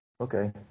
Okay